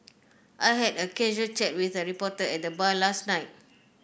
I had a casual chat with a reporter at the bar last night